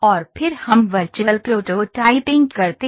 और फिर हम वर्चुअल प्रोटोटाइपिंग करते हैं